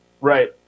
Right